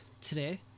today